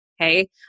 Okay